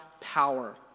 power